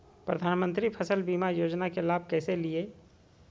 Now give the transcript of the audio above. प्रधानमंत्री फसल बीमा योजना के लाभ कैसे लिये?